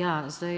Ja, zdaj